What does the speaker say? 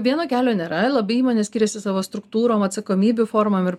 vieno kelio nėra labai įmonės skiriasi savo struktūrom atsakomybių formom ir